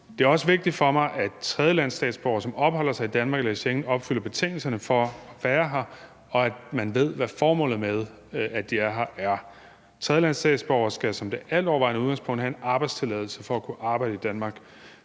Det er også vigtigt for mig, at tredjelandsstatsborgere, som opholder sig i Danmark eller i Schengen, opfylder betingelserne for at være her, og at man ved, hvad formålet med, at de er her, er. Tredjelandsstatsborgere skal som det altovervejende udgangspunkt have en arbejdstilladelse for at kunne arbejde i Danmark.